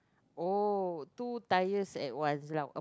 oh two tyres at once lah